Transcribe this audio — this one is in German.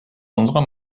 unserer